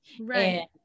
right